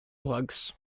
plugs